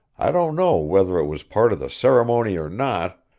i don't know whether it was part of the ceremony or not,